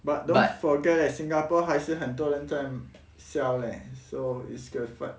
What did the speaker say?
but don't forget leh singapore 还是很多人在 sell leh so it's satu~